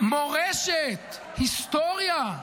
מורשת, היסטוריה,